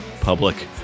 public